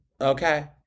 Okay